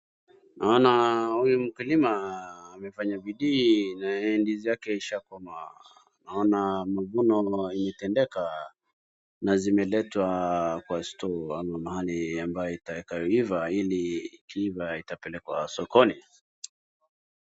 naona huyu mkulima amefanya bidii na ndizi yake ishakomaa naona mavuno imetendeka na zimeletwa kwa store mahali itaekwa iive ili ikiiva itapelekwa sokoni